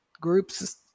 groups